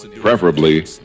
preferably